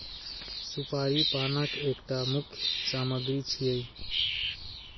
सुपारी पानक एकटा मुख्य सामग्री छियै